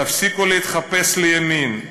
תפסיקו להתחפש לימין,